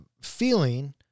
feeling